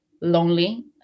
lonely